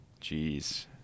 Jeez